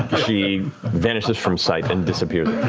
she vanishes from sight and disappears.